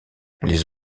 les